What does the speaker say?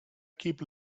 keep